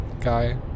guy